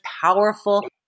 powerful